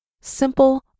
simple